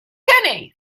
kenny